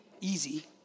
easy